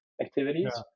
activities